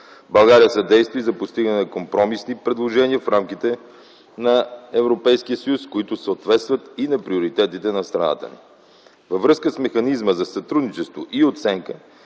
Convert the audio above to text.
България съдейства и за постигане на компромисни предложения в рамките на Европейския съюз, които съответстват и на приоритетите на страната ни. Във връзка с механизма за сътрудничество и оценка